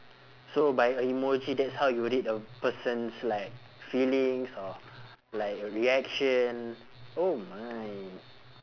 so by a emoji that's how you read a person's like feelings or like a reaction oh my